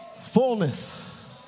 Fullness